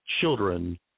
children